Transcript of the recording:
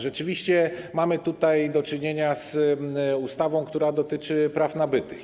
Rzeczywiście mamy tutaj do czynienia z ustawą, która dotyczy praw nabytych.